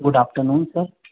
good afternoon sir